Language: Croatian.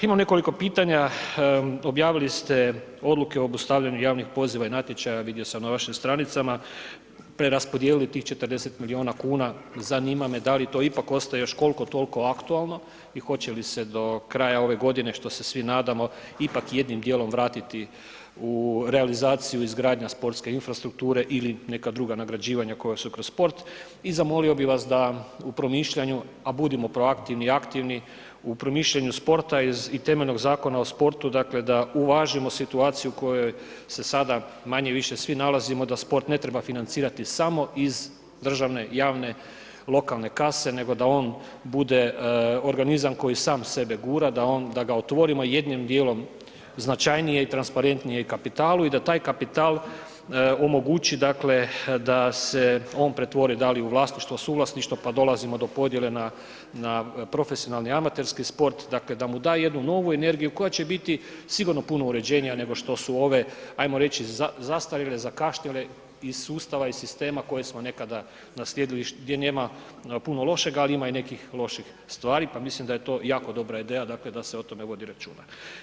Imam nekoliko pitanja, objavili ste odluke o obustavljanju javnih poziva i natječaja, vidio sam na vašim stranicama, preraspodijelili tih 40 milijuna kuna, zanima me da li to ipak ostaje još kolko tolko aktualno i hoće li se do kraja ove godine, što se svi nadamo, ipak jednim dijelom vratiti u realizaciju izgradnja sportske infrastrukture ili neka druga nagrađivanja koja su kroz sport i zamolio bi vas da u promišljanju, a budimo proaktivni i aktivni u promišljanju sporta i temeljnog Zakona o sportu, dakle da uvažimo situaciju u kojoj se sada manje-više svi nalazimo da sport ne treba financirati iz državne javne lokalne kase nego da on bude organizam koji sam sebe gura, da on, da ga otvorimo jednim dijelom značajnije i transparentnije i kapitalu i da taj kapital omogući, dakle da se on pretvori da li u vlasništvo, suvlasništvo, pa dolazimo do podijele na, na profesionalni i amaterski sport, dakle da mu da jednu novu energiju koja će biti sigurno puno uređenija nego što su ove, ajmo reći zastarjele, zakašnjele iz sustava i sistema koje smo nekada naslijedili gdje nema puno lošega, ali ima i nekih loših stvari, pa mislim da je to jako dobra ideja, dakle da se o tome vodi računa.